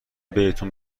بهتون